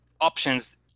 options